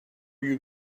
you